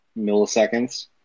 milliseconds